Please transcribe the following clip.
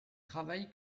travaille